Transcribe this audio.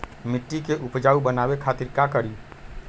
मिट्टी के उपजाऊ बनावे खातिर का करी?